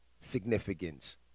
significance